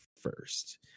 first